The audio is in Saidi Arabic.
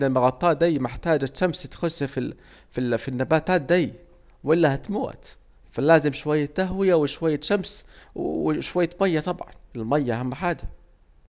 الاماكن المغطاه دي محتاجة شمس تخش في النباتات دي والا هتموت، فلازم شوية تهوية وشوية شمس ومياه طبعا، المياه اهم حاجة